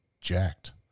jacked